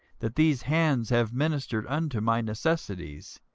that these hands have ministered unto my necessities,